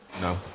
No